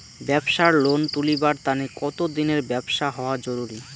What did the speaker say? ব্যাবসার লোন তুলিবার তানে কতদিনের ব্যবসা হওয়া জরুরি?